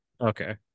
Okay